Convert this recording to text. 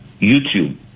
YouTube